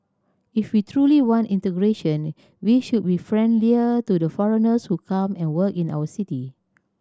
if we truly want integration we should be friendlier to the foreigners who come and work in our city